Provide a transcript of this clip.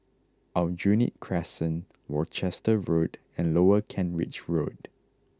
Aljunied Crescent Worcester Road and Lower Kent Ridge Road